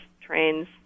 trains